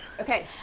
Okay